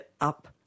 up